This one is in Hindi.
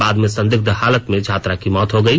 बाद में संदिग्ध हालत में छात्रा की मौत हो गई